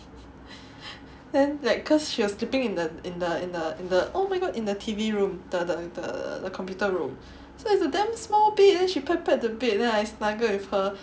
then like cause she was sleeping in the in the in the in the oh my god in the T_V room the the the computer room so it's a damn small bed then she pat pat the bed then I snuggle with her